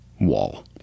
wall